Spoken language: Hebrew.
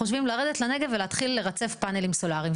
הם חושבים לרדת לנגב ולהתחיל לרצף פאנלים סולאריים.